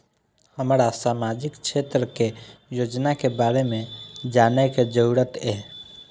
हमरा सामाजिक क्षेत्र के योजना के बारे में जानय के जरुरत ये?